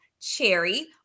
cherry